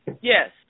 yes